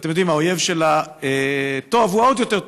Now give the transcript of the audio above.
ואתם יודעים, האויב של הטוב הוא העוד יותר טוב.